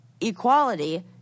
Equality